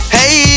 Hey